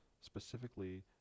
specifically